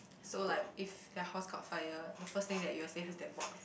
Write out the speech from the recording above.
so like if your house caught fire the first thing that you will save is that box